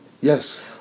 Yes